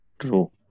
True